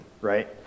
right